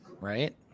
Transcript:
right